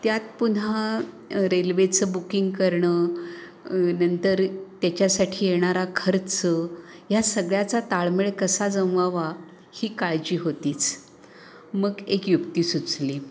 त्यात पुन्हा रेल्वेचं बुकिंग करणं नंतर त्याच्यासाठी येणारा खर्च ह्या सगळ्याचा ताळमेळ कसा जमवावा ही काळजी होतीच मग एक युक्ती सुचली